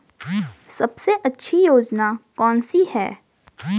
सबसे अच्छी योजना कोनसी है?